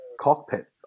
cockpit